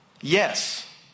yes